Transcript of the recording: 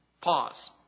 Pause